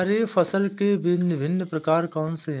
खरीब फसल के भिन भिन प्रकार कौन से हैं?